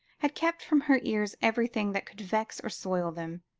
had kept from her ears everything that could vex or soil them,